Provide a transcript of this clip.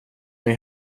mig